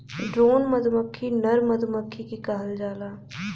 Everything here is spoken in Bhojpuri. ड्रोन मधुमक्खी नर मधुमक्खी के कहल जाला